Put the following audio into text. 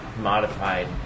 modified